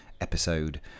episode